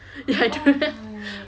oh my